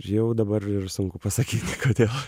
jau dabar sunku pasakyti kodėl